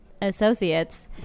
associates